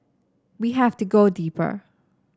we have to go deeper